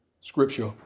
scripture